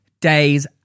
days